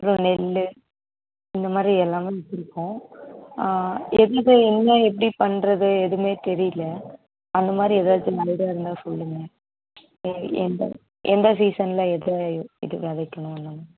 அப்புறம் நெல் இந்தமாதிரி எல்லாமும் வச்சுருக்கோம் எதுவுமே எல்லாம் எப்படி பண்ணுறது எதுவுமே தெரியல அந்தமாதிரி எதாவது உங்கள்கிட்ட இருந்தால் சொல்லுங்கள் எந்த எந்த சீசனில் எதை இது விதைக்கணுன்னு